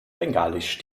bengalisch